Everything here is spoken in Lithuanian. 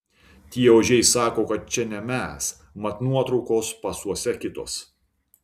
tie ožiai sako kad čia ne mes mat nuotraukos pasuose kitos